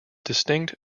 distinct